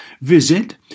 Visit